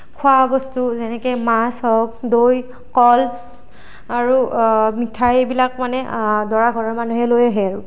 খোৱা বস্তু যেনেকে মাছ হওঁক দৈ কল আৰু মিঠাই এইবিলাক মানে দৰাৰ ঘৰৰ মানুহে লৈ আহে আৰু